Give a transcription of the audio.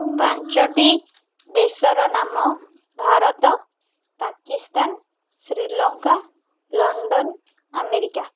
ପାଞ୍ଚଟି ଦେଶର ନାମ ଭାରତ ପାକିସ୍ତାନ ଶ୍ରୀଲଙ୍କା ଲଣ୍ଡନ୍ ଆମେରିକା